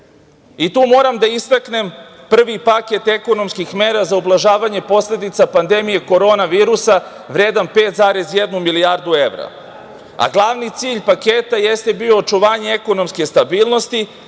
moram da istaknem prvi paket ekonomskih mera za ublažavanje posledica pandemije korona virusa, vredan 5,1 milijardu evra. Glavni cilj paketa jeste bio očuvanje ekonomske stabilnosti.